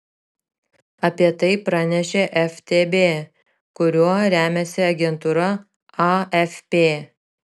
apie tai pranešė ftb kuriuo remiasi agentūra afp